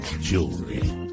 jewelry